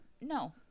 No